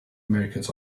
americans